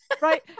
Right